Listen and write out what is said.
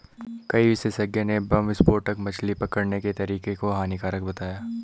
कई विशेषज्ञ ने बम विस्फोटक मछली पकड़ने के तरीके को हानिकारक बताया है